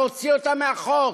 להוציא אותם מהחוק.